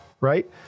right